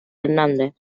hernández